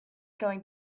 going